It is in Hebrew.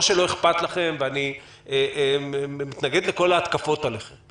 שלא אכפת לכם ואני מתנגד לכל ההתקפות עליכם